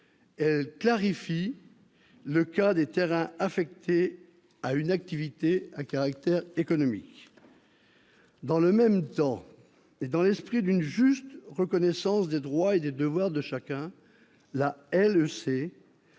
elle clarifie le cas des terrains affectés à une activité à caractère économique. Dans le même temps, et dans un esprit de juste reconnaissance des droits et des devoirs de chacun, la loi